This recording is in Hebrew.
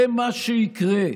זה מה שיקרה.